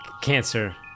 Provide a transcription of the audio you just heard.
cancer